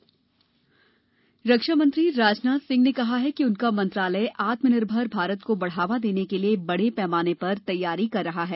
रक्षा मंत्रालय रक्षा मंत्री राजनाथ सिंह ने कहा है कि उनका मंत्रालय आत्मनिर्भर भारत को बढावा देने के लिए बड़े पैमाने पर तैयारी कर रहा है